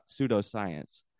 pseudoscience